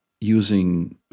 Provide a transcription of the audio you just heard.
using